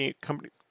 companies